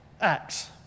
acts